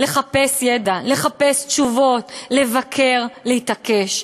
לחפש ידע, לחפש תשובות, לבקר, להתעקש.